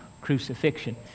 crucifixion